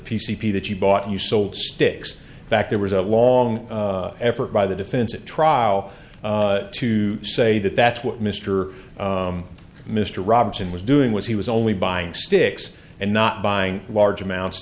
p c p that you bought you sold sticks back there was a long effort by the defense at trial to say that that's what mister mr robson was doing was he was only buying sticks and not buying large amounts